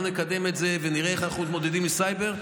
בואו נקדם את זה ונראה איך אנחנו מתמודדים עם סייבר,